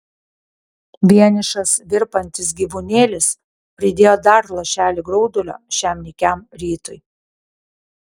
vienišas virpantis gyvūnėlis pridėjo dar lašelį graudulio šiam nykiam rytui